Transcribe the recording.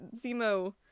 Zemo